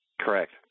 Correct